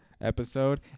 episode